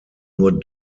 nur